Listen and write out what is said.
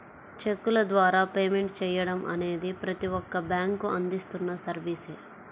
చెక్కుల ద్వారా పేమెంట్ చెయ్యడం అనేది ప్రతి ఒక్క బ్యేంకూ అందిస్తున్న సర్వీసే